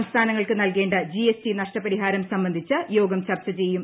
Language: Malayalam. സംസ്ഥാനങ്ങൾക്ക് നൽകേണ്ട ജി എസ് ടി നഷ്ടപരിഹാരം സംബന്ധിച്ച് യോഗം ചർച്ച ചെയ്യും